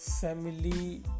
family